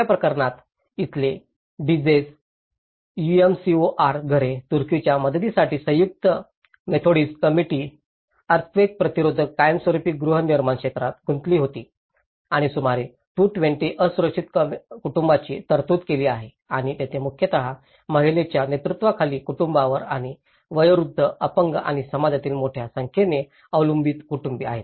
तिसर्या प्रकरणात इथली डझ्से यूएमसीओआर घरे तुर्कीच्या मदतीसाठी संयुक्त मेथोडिस्ट कमिटी अर्थक्वेक प्रतिरोधक कायमस्वरुपी गृहनिर्माण क्षेत्रात गुंतली होती आणि सुमारे 220 असुरक्षित कुटुंबांची तरतूद केली आहे आणि येथे मुख्यतः महिलांच्या नेतृत्वाखालील कुटुंबांवर आणि वयोवृद्ध अपंग आणि समाजातील मोठ्या संख्येने अवलंबित कुटुंबे